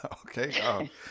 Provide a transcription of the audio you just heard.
Okay